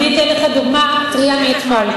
אתן לך דוגמה טרייה מאתמול.